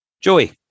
Joey